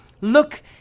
look